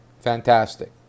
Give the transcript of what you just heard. fantastic